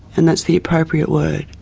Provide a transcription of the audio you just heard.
and that's the appropriate word,